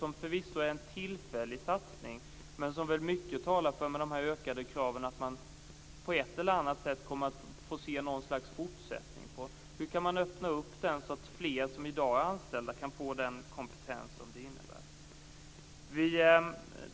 Det är förvisso en tillfällig satsning, men mycket talar med tanke på de ökade kraven för att man på ett eller annat sätt kommer att få se något slags fortsättning. Hur kan man öppna upp där så att fler som i dag är anställda kan få den kompetens som detta innebär?